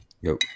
Yo